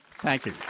thank you.